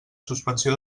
suspensió